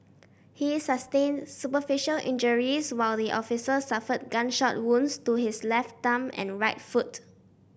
he sustained superficial injuries while the officer suffered gunshot wounds to his left thumb and right foot